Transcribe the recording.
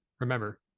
Remember